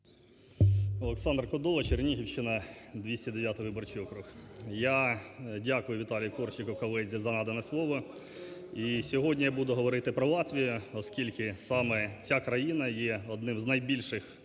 Олександр Кодола, Чернігівщина, 209-й виборчій округ. Я дякую Віталію Корчику, колезі, за надане слово. І сьогодні я буду говорити про Латвію, оскільки саме ця країна є одним з найбільших